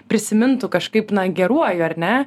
prisimintų kažkaip na geruoju ar ne